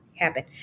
happen